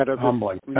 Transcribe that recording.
humbling